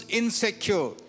insecure